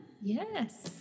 yes